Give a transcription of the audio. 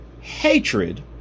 hatred